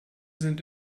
sind